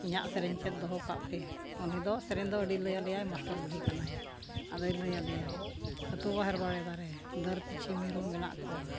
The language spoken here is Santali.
ᱤᱧᱟᱹᱜ ᱥᱮᱨᱮᱧ ᱪᱮᱫ ᱫᱚᱦᱚ ᱠᱟᱜ ᱯᱮ ᱩᱱᱤᱫᱚ ᱥᱮᱨᱮᱧ ᱫᱚ ᱟᱹᱰᱤ ᱞᱟᱹᱭᱟᱞᱮᱭᱟᱭ ᱢᱟᱥᱴᱟᱨ ᱵᱩᱰᱷᱤ ᱠᱟᱱᱟᱭ ᱟᱫᱚᱭ ᱞᱟᱹᱭᱟᱞᱮᱭᱟ ᱟᱛᱳ ᱵᱟᱦᱮᱨ ᱵᱟᱲᱮ ᱫᱟᱨᱮ ᱰᱟᱹᱨ ᱯᱤᱪᱷᱩ ᱢᱤᱨᱩ ᱢᱮᱱᱟᱜ ᱠᱚᱣᱟ